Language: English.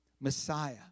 Messiah